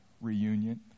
reunion